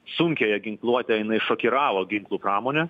sunkiąją ginkluotę jinai šokiravo ginklų pramonę